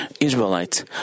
Israelites